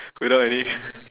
without any